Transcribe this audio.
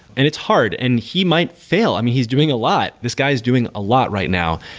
and it's hard, and he might fail. i mean, he's doing a lot. this guy is doing a lot right now,